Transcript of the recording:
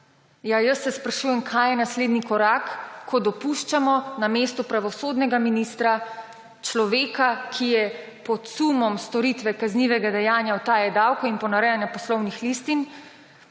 se jaz sprašujem, kaj je naslednji korak, ko dopuščamo na mestu pravosodnega ministra človeka, ki je pod sumom storitve kaznivega dejanja utaje davkov in ponarejanja poslovnih listin